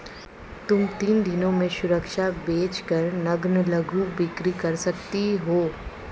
तुम तीन दिनों में सुरक्षा बेच कर नग्न लघु बिक्री कर सकती हो